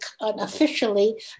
officially